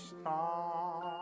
star